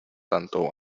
tanto